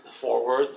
forward